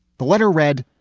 the letter read,